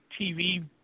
TV